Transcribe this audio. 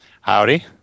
Howdy